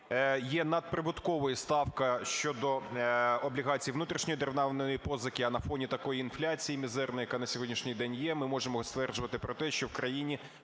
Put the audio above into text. є надприбутковою ставка щодо облігацій внутрішньої державної позики, а на фоні такої інфляції мізерної, яка на сьогоднішній день є, ми можемо стверджувати про те, що в країні